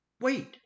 wait